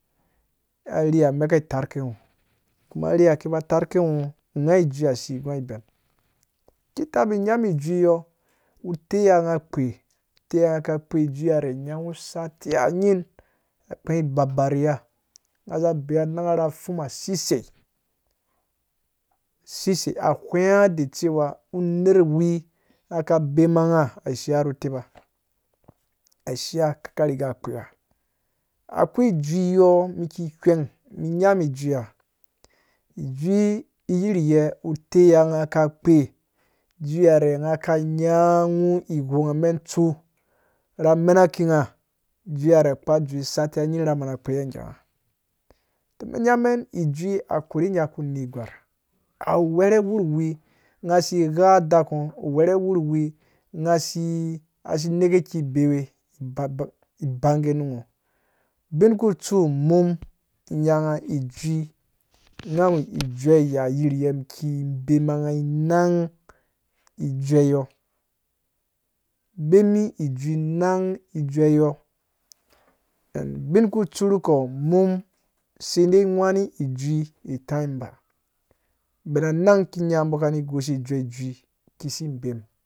Arhiha meka tarke ngho. kuma arhi ha ke ba tarke ngho nyangho ijui ha si guge ben. ki tabi nyam jui yɔɔ utaiya ngha akpe utaiya aka kpe ijure nyanghe sati nying akpe baru ya ngha za beya anangha ra fum a sisei sisei a ghwengha da cewa unerwi ngha ka bema ngha a shiya ru teba ashiya ka riga akpeya. koi jui yɔɔ mun ki ghwengha nyam ijuiha ijui yirye utaiya ngha ka kpe ijui re ka nyanghu ghwengha men atsu ra menakina ijuire kpe dzur satiya nying ra mana kpeya gangha. so men nyamen ijui a kore mi nyaku nor gwar. awu wɛrɛ wurwi ngha si gha dak ngho uwere uwuriw, nghasi neka bewe ibagenu ngho ubin kutsu umum nyanghi ijui ngha wu ijue ya yirye ki bema nan ijue yɔɔ bemi ijui nan ijue yɔɔ bin ku tsu ru kpo mum si ai gwãnu ijui itaimum ba ben a nan ki nya bo kani goshe jue jui kisi bemu